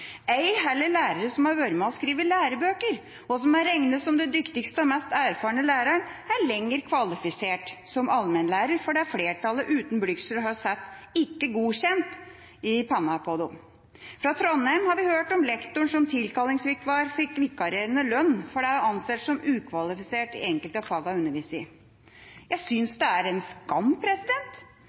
Ei heller lærere som har vært med på å skrive lærebøker, og som er regnet som de dyktigste og mest erfarne lærerne er lenger kvalifisert som allmennlærere, fordi flertallet uten blygsel har satt «ikke godkjent» i panna på dem. Fra Trondheim har vi hørt om lektoren som som tilkallingsvikar fikk nedsatt lønn fordi vedkommende var å anse som ukvalifisert i enkelte av fagene hun underviste i. Jeg synes det er en skam.